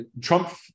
Trump